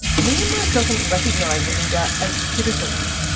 myanmar doesn't recognise rohingya as citizens.